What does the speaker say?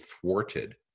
thwarted